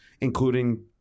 including